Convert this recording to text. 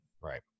Right